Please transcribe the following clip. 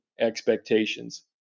expectations